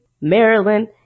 Maryland